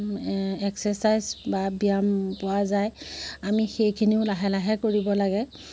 exercise বা ব্যায়াম পোৱা যায় আমি সেইখিনিও লাহে লাহে কৰিব লাগে